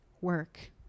work